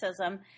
racism